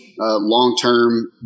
long-term